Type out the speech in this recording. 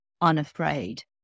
unafraid